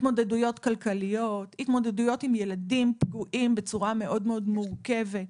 התמודדויות עם ילדים פגועים בצורה מאוד מאוד מורכבת,